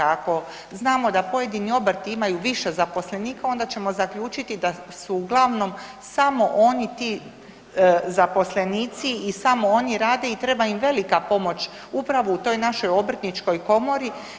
Ako znamo da pojedini obrti imaju više zaposlenika, onda ćemo zaključiti da su uglavnom samo oni ti zaposlenici i samo oni rade i treba im velika pomoć, upravo u toj našoj obrtničkoj komori.